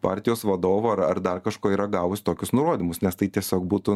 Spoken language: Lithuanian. partijos vadovo ar dar kažko yra gavus tokius nurodymus nes tai tiesiog būtų